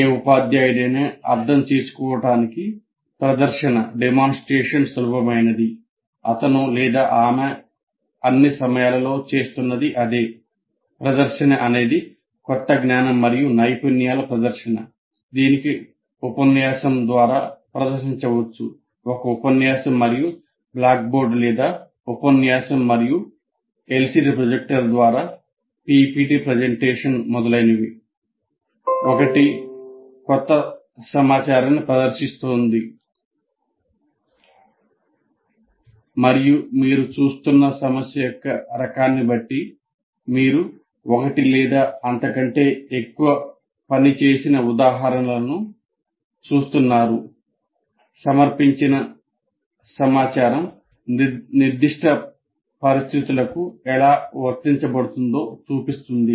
ఏ ఉపాధ్యాయుడైనా అర్థం చేసుకోవడానికి ప్రదర్శన చూస్తున్నారుసమర్పించిన సమాచారం నిర్దిష్ట పరిస్థితులకు ఎలా వర్తించబడుతుందో చూపిస్తుంది